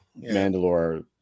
Mandalore